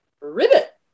ribbit